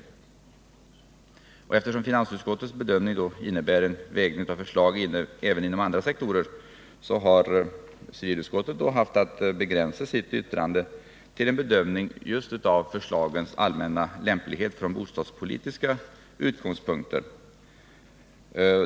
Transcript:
Eftersom finansutskottets bedömning innebär en vägning av förslag även inom andra sektorer har civilutskottet haft att begränsa sitt yttrande till en bedömning av förslagens allmänna lämplighet från bostadspolitiska utgångspunkter.